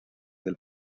del